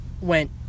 Went